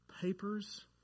papers